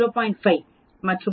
5 மற்றும் உண்மையில்